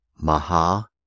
maha